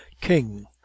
king